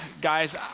guys